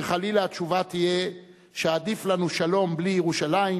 שחלילה התשובה תהיה שעדיף לנו שלום בלי ירושלים,